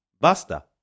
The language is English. Basta